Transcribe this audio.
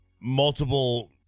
Multiple